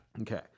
Okay